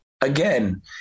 Again